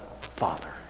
Father